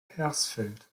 hersfeld